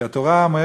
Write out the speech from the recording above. כי התורה אומרת